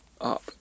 up